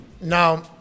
Now